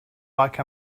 like